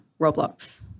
Roblox